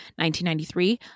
1993